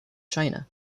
china